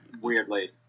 weirdly